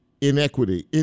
Inequity